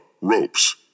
ropes